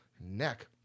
neck